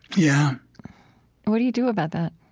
yeah what do you do about that?